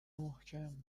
محکم